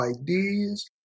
ideas